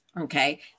Okay